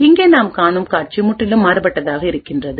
இங்கேநாம் காணும் காட்சி முற்றிலும் மாறுபட்டதாக இருக்கிறது